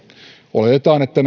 oletetaan että